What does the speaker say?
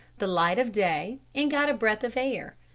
the light of day and got a breath of air,